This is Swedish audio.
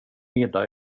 middag